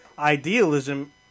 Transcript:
Idealism